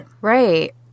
Right